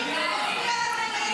כולם שמתגייסים היום שם,